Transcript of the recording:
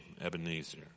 Ebenezer